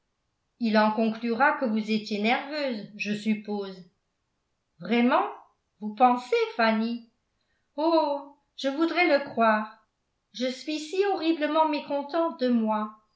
il en conclura que vous étiez nerveuse je suppose vraiment vous pensez fanny oh je voudrais le croire je suis si horriblement mécontente de moi